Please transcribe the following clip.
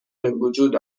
بوجود